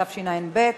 התשע"ב,